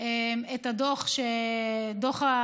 את הדוח,